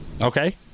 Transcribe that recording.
Okay